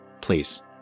Please